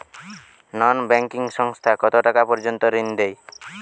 নন banking সংস্থা কতটাকা পর্যন্ত ঋণ দেয়?